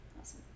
Awesome